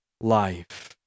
life